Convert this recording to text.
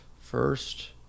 First